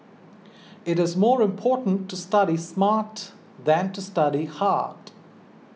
it is more important to study smart than to study hard